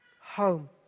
home